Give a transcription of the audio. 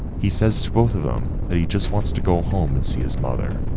he says to both of them that he just wants to go home and see his mother.